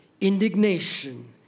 indignation